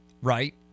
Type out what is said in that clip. Right